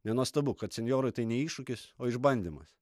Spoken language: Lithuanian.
nenuostabu kad senjorui tai ne iššūkis o išbandymas